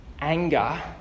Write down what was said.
anger